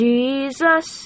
Jesus